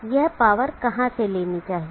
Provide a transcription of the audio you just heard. यह पावर कहाँ से लेनी चाहिए